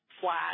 flat